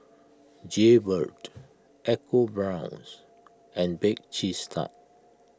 Jaybird Eco Brown's and Bake Cheese Tart